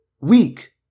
weak